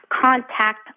contact